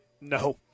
No